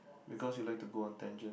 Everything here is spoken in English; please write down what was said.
because you like to go on tangent